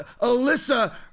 Alyssa